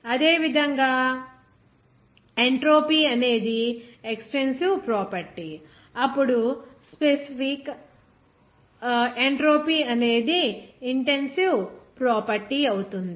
అదేవిధంగా ఎంట్రోపీ అనేది extensive property అప్పుడు స్పెసిఫిక్ ఎంట్రోపీ అనేది ఇంటెన్సివ్ ప్రాపర్టీ అవుతుంది